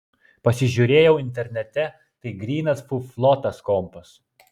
pasižiūrėjau internete tai grynas fuflo tas kompas